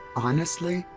honestly,